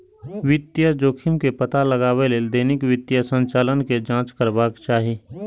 वित्तीय जोखिम के पता लगबै लेल दैनिक वित्तीय संचालन के जांच करबाक चाही